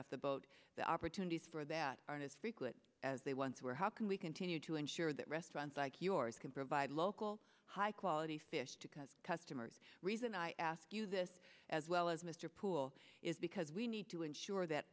off the boat the opportunities for that aren't as frequent as they once were how can we continue to ensure that restaurants like yours can provide local high quality fish to cause customers reason i ask you this as well as mr poole is because we need to ensure that